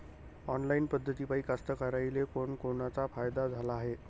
Online पद्धतीपायी कास्तकाराइले कोनकोनचा फायदा झाला हाये?